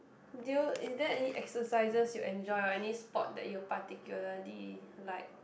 did you is there any exercises you enjoy or any sport that you particularly like